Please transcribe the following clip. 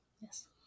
Yes